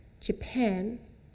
Japan